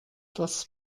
das